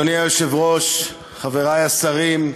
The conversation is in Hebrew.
אדוני היושב-ראש, חברי השרים,